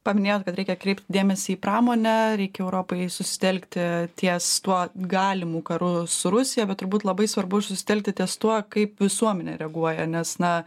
paminėjot kad reikia kreipti dėmesį į pramonę reikia europai susitelkti ties tuo galimu karu su rusija bet turbūt labai svarbu susitelkti ties tuo kaip visuomenė reaguoja nes na